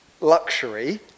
luxury